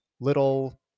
little